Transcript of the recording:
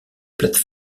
plate